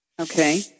Okay